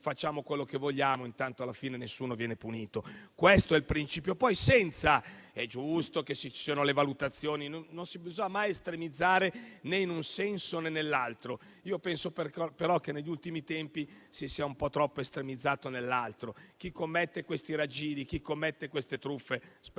facciamo quello che vogliamo, tanto alla fine nessuno viene punito. Questo è il principio: poi, è giusto che siano fatte le dovute valutazioni e non bisogna mai estremizzare, né in un senso, né nell'altro; penso però che negli ultimi tempi si sia un po' troppo estremizzato nell'altro. Chi commette questi raggiri e queste truffe spesso,